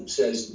says